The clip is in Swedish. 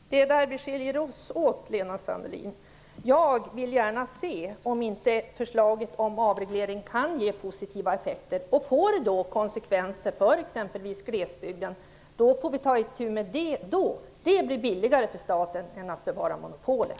Herr talman! Det är där vi skiljer oss åt, Lena Sandlin. Jag vill gärna se om inte förslaget om avreglering kan ge positiva effekter. Blir det konsekvenser för glesbygden, får vi ta itu med dem då. Det är billigare för staten än att bevara monopolet.